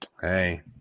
Hey